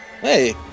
Hey